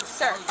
sir